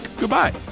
Goodbye